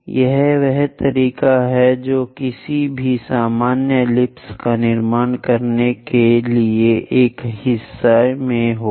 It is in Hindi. यह वह तरीका है जो किसी भी सामान्य एलिप्स का निर्माण करने के लिए एक हिस्से में होगा